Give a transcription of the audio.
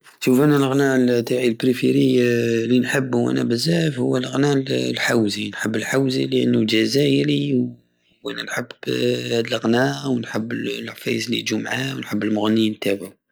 شوف انا لغنى تاعي بريفيري لينحبو انا بزاف هو لغنى الحوزي نحب الحوزي لأنو جزايري و (هيزيتي) أنا نحب لغنى ونحب لعفايس لي يجو معاه ونحب المغنيين تاوعو